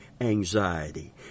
anxiety